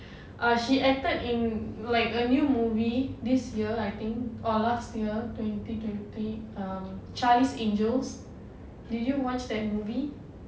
ah she acted in like a new movie this year I think or last year twenty twenty um charlie's angels did you watch that movie